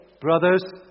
Brothers